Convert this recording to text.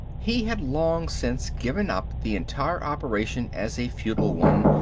he had long since given up the entire operation as a futile one,